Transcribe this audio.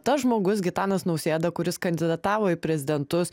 tas žmogus gitanas nausėda kuris kandidatavo į prezidentus